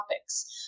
topics